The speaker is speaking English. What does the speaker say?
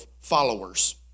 followers